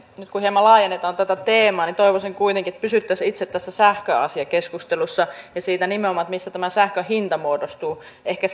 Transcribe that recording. nyt kun hieman laajennetaan tätä teemaa niin toivoisin kuitenkin että pysyttäisiin itse tässä sähköasiakeskustelussa ja nimenomaan siinä mistä tämä sähkön hinta muodostuu ehkä